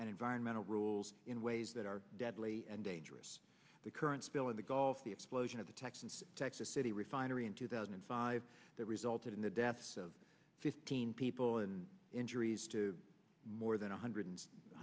and environmental rules in ways that are deadly and dangerous the current spill in the gulf the explosion of the texas texas city refinery in two thousand and five that resulted in the deaths of fifteen people and injuries to more than one hundred and